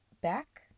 back